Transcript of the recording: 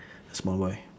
small boy